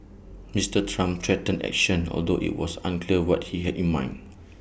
Mister Trump threatened action although IT was unclear what he had in mind